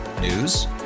News